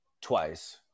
twice